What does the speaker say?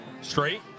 Straight